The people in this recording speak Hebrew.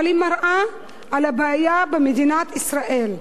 אבל היא מראה על הבעיה במדינת ישראל.